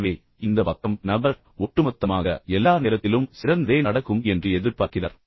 எனவே இந்த பக்கம் நபர் ஒட்டுமொத்தமாக எல்லா நேரத்திலும் சிறந்ததே நடக்கும் என்று எதிர்பார்க்கிறார்